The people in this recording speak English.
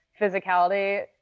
physicality